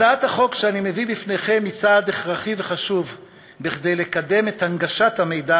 הצעת החוק שאני מביא בפניכם היא צעד הכרחי וחשוב כדי לקדם את הנגשת המידע